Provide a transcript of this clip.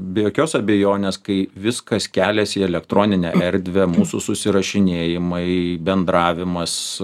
be jokios abejonės kai viskas keliasi į elektroninę erdvę mūsų susirašinėjimai bendravimas